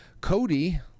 Cody